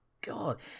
god